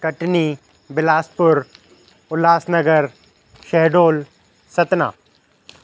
Katni Bilaspur Ulhasnagar Shahdol Satna